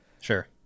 sure